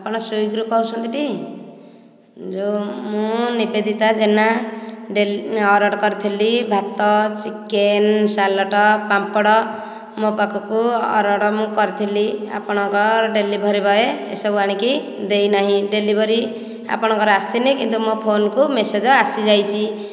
ଆପଣ ସ୍ଵିଗିରୁ କହୁଛନ୍ତି ଟି ଯେଉଁ ମୁଁ ନିବେଦିତା ଜେନା ଡେଲି ଅର୍ଡ଼ର କରିଥିଲି ଭାତ ଚିକେନ ସାଲାଡ଼ ପାମ୍ପଡ଼ ମୋ ପାଖକୁ ଅର୍ଡ଼ର ମୁଁ କରିଥିଲି ଆପଣଙ୍କ ଡେଲିଭରି ବଏ ଏସବୁ ଆଣିକି ଦେଇ ନାହିଁ ଡେଲିଭରି ଆପଣଙ୍କର ଆସିନି କିନ୍ତୁ ମୋ ଫୋନକୁ ମେସେଜ୍ ଆସିଯାଇଛି